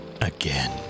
again